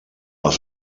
les